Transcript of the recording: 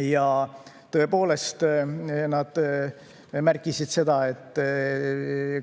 Ja tõepoolest, nad märkisid seda, et